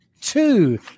two